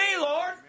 Lord